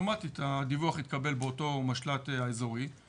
אוטומטית הדיווח יתקבל באותו משל"ט אזורי,